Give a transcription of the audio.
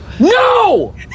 no